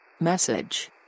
Message